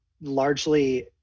Largely